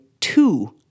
two